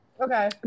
Okay